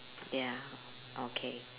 ya okay